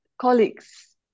colleagues